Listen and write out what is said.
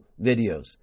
videos